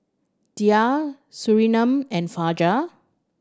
Dhia Surinam and Fajar